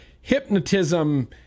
hypnotism